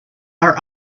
are